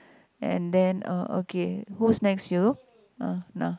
and then uh okay who's next you ah nah